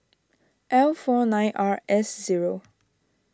L four nine R S zero